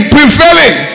Prevailing